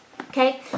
Okay